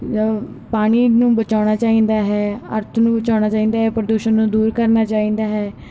ਪਾਣੀ ਨੂੰ ਬਚਾਉਣਾ ਚਾਹੀਦਾ ਹੈ ਅਰਥ ਨੂੰ ਬਚਾਉਣਾ ਚਾਹੀਦਾ ਹੈ ਪ੍ਰਦੂਸ਼ਣ ਨੂੰ ਦੂਰ ਕਰਨਾ ਚਾਹੀਦਾ ਹੈ